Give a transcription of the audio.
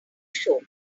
show